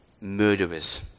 murderers